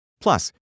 Plus